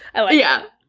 ah ah yeah,